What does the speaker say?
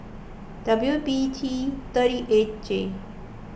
W B T thirty eight J